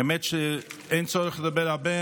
האמת היא שאין צורך לדבר הרבה.